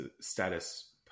status